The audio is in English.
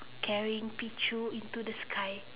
carrying Pichu into the sky